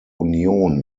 union